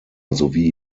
sowie